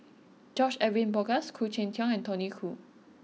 George Edwin Bogaars Khoo Cheng Tiong and Tony Khoo